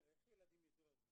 עמיר, איך הילדים ידעו על זה?